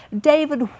David